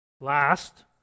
Last